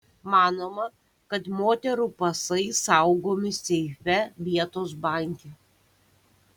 manoma kad moterų pasai saugomi seife vietos banke